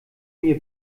mir